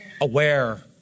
aware